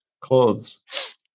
clothes